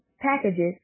packages